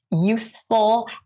useful